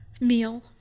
meal